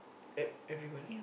e~ everyone